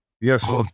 yes